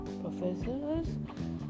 professors